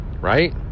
right